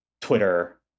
Twitter